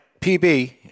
PB